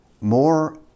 more